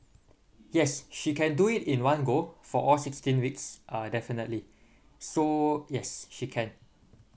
yes she can do it in one go for all sixteen weeks uh definitely so yes she can